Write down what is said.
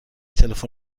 تلفن